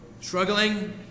struggling